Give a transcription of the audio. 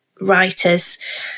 writers